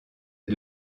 est